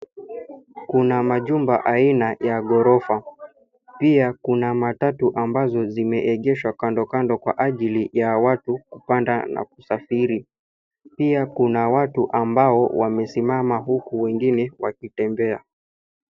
Kuna majumba aina ya ghorofa pia kuna matatu ambazo zimeegeshwa kando kando kwa ajili watu kupanda na kusfiri pia kuna watu ambao wamesimama huku wengine wakitembea.